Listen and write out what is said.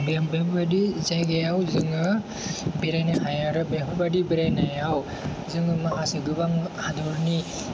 बेबायदि जायगायाव जोङो बेरायनो हायो आरो बेफोरबादि बेरायनायाव जोङो माखासे गोबां हादोरनि